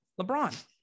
LeBron